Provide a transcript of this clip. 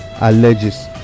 alleges